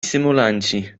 symulanci